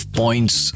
points